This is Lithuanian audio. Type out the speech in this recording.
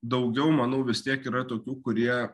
daugiau manau vis tiek yra tokių kurie